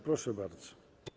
Proszę bardzo.